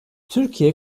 türkiye